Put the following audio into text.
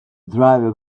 driver